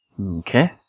Okay